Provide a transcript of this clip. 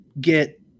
get